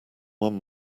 one